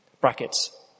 Brackets